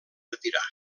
retirar